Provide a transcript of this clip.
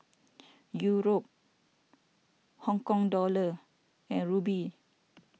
Euro Hong Kong Dollar and Ruble